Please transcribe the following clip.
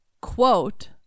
quote